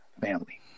family